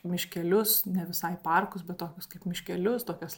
miškelius ne visai parkus bet tokius kaip miškelius tokias